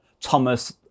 Thomas